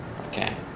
Okay